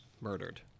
murdered